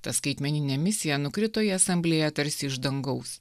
ta skaitmeninė misija nukrito į asamblėją tarsi iš dangaus